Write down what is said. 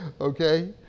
Okay